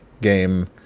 game